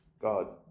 God